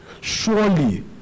Surely